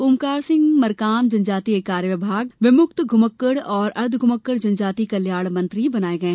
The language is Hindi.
ओमकार सिंह मरकाम जनजातीय कार्य विभाग विमुक्त घुमक्कड़ एवं अर्द्वघुमक्कड़ जनजाति कल्याण विभाग मंत्री होंगे